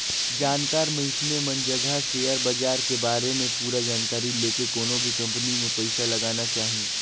जानकार मइनसे मन जघा सेयर बाजार के बारे में पूरा जानकारी लेके कोनो भी कंपनी मे पइसा लगाना चाही